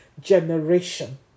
generation